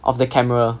of the camera